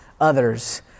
others